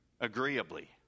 agreeably